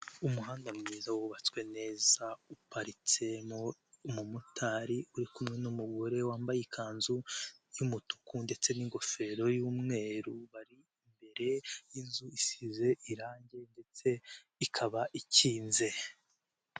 Umuhanda mwiza wubatswe neza uparitsemo umumotari uri kumwe n'umugore wambaye ikanzu y'umutuku ndetse n'ingofero y'umweru bari imbere y'inzu isize irange ndetse ikaba ikinze.